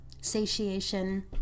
satiation